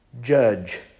judge